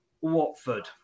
Watford